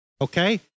okay